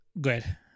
good